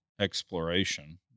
exploration